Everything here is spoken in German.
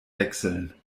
wechseln